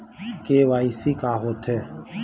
KYC का होथे?